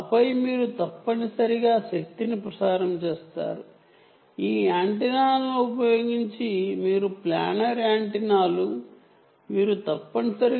ఆపై మీరు తప్పనిసరిగా ప్రసారం చేస్తారు శక్తి ఈ యాంటెన్నాల నుండి రేడియేట్ అవుతుంది ప్లానర్ యాంటెన్నాలను కలిగి ఉండొచ్చు